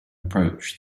approach